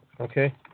Okay